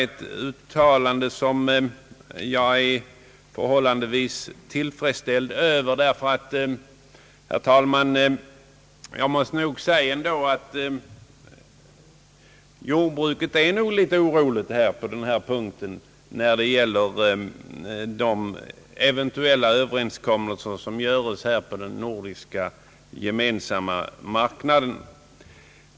Det uttalandet är jag förhållandevis tillfredsställd över, ty jag måste nog ändå säga, att jordbruket är oroligt på den här punkten, som ju gäller de eventuella överenskommelser som göres på den nordiska gemensamma marknaden.